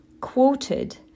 quoted